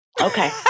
Okay